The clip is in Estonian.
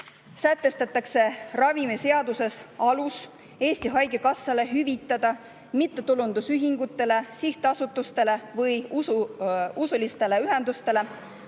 sätestatakse ravimiseaduses Eesti Haigekassale alus hüvitada mittetulundusühingutele, sihtasutustele või usulistele ühendustele